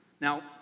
Now